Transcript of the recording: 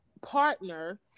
partner